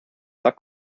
zwar